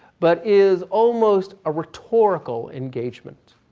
but is almost a rhetorical engagement.